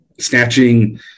Snatching